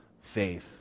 faith